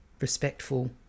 respectful